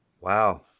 Wow